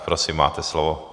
Prosím, máte slovo.